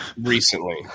recently